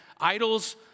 idols